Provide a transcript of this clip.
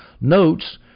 notes